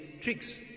tricks